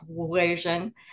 equation